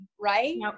right